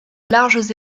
larges